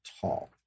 tall